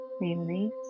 release